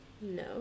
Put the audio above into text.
No